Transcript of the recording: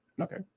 Okay